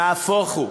נהפוך הוא,